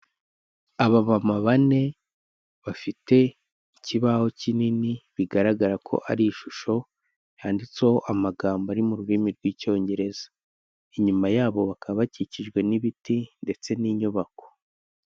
Abamama bane bafite ikibaho kinini bigaragara ko ari ishusho yanditseho amagambo ari mu rurimi rw'icyongereza. Inyuma yabo bakaba bakikijwe n'ibiti ndetse n'inyubako.